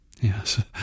yes